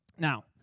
Now